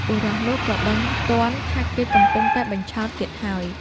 បុរសនោះក៏ដឹងទាន់ថាគេកំពុងតែបញ្ឆោតទៀតហើយ។